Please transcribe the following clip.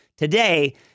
Today